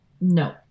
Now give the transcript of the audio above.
No